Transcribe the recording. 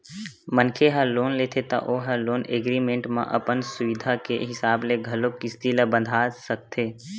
मनखे ह लोन लेथे त ओ ह लोन एग्रीमेंट म अपन सुबिधा के हिसाब ले घलोक किस्ती ल बंधा सकथे